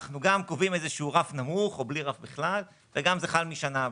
אנחנו גם קובעים רף נמוך או בלי רף בכלל וגם זה חל משנה הבאה.